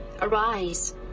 Arise